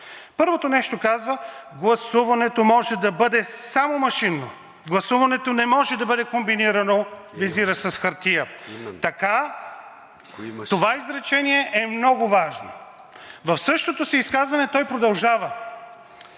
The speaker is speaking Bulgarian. Първото: „Гласуването може да бъде само машинно! Гласуването не може да бъде комбинирано“ – визира с хартия. Това изречение е много важно! В същото си изказване той продължава: